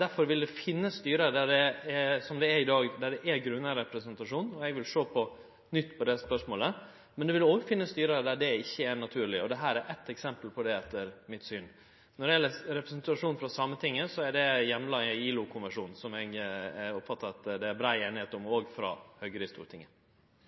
Derfor finst det styre som i dag, der det er grunneigarrepresentasjon – og eg vil sjå på det spørsmålet på nytt – men ein vil òg finne styre der det ikkje er naturleg, og dette er eit eksempel på det, etter mitt syn. Når det gjeld representasjon frå Sametinget, er det heimla i ILO-konvensjonen, som eg er oppteken av at det er brei einigheit om i Stortinget, òg frå Høgre. «Ved Gardermoen ligger i